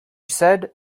said